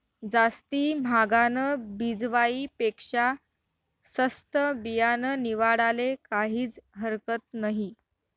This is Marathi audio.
जास्ती म्हागानं बिजवाई पेक्शा सस्तं बियानं निवाडाले काहीज हरकत नही